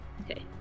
Okay